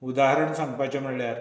उदारण सांगपाचें म्हळ्यार